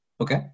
Okay